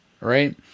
right